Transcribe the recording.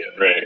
Right